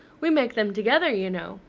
we make them together, you know.